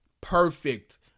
perfect